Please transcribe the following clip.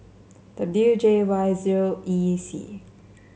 W J Y zero E C